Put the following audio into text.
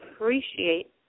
appreciate